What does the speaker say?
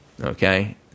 Okay